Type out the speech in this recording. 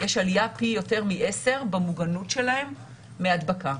יש עלייה פי יותר מעשרה במוגנות שלהם מהדבקה.